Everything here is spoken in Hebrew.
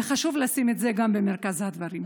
וחשוב לשים גם את זה במרכז הדברים.